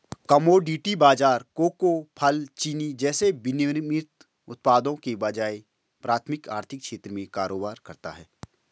commodity बाजार cocoa, फल, चीनी जैसे विनिर्मित उत्पादों के बजाय प्राथमिक आर्थिक क्षेत्र में कारोबार करता है